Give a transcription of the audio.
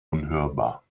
unhörbar